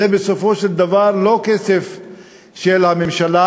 זה בסופו של דבר לא כסף של הממשלה,